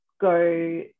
Go